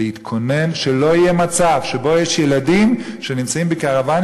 להתכונן שלא יהיה מצב שבו יש ילדים שנמצאים בקרוונים